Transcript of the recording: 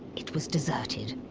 it was deserted.